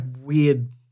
weird